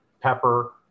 Pepper